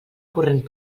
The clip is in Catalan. corrent